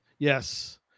Yes